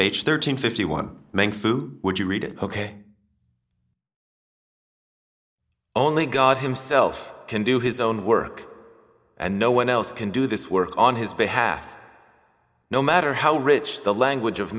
and fifty one main food would you read it ok only god himself can do his own work and no one else can do this work on his behalf no matter how rich the language of